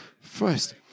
first